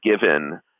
given